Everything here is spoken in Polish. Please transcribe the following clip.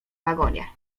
wagonie